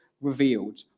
revealed